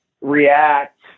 react